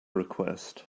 request